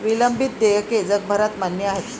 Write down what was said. विलंबित देयके जगभरात मान्य आहेत